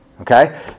okay